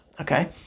Okay